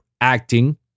acting